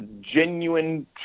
genuine